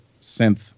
synth